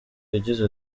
yagize